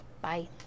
Bye